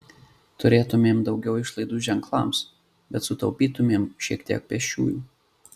turėtumėm daugiau išlaidų ženklams bet sutaupytumėm šiek tiek pėsčiųjų